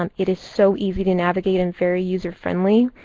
um it is so easy to navigate and very user friendly.